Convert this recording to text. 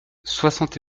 soixante